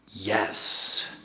Yes